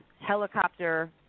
helicopter